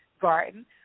Garden